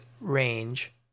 range